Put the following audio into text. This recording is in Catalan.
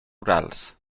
rurals